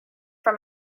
from